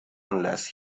unless